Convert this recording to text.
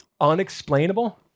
unexplainable